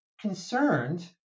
concerned